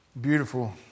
beautiful